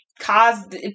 caused